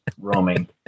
roaming